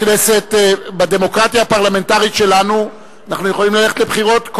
בדמוקרטיה הפרלמנטרית שלנו אנחנו יכולים ללכת לבחירות,